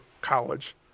college